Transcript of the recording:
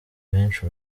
benshi